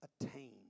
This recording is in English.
attain